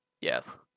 Yes